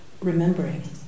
remembering